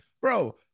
bro